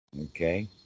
Okay